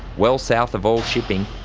well south of all shipping,